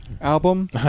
album